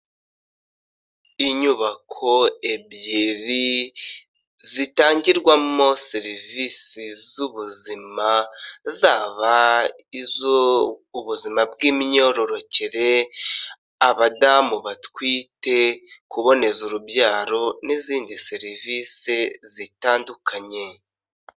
Inyubako ebyiri zitangirwamo serivisi z'ubuzima, zaba izo mu buzima bw'imyororokere, abadamu batwite, kuboneza urubyaro, n'izindi serivisi zitandukanye.